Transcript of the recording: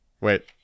Wait